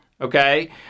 Okay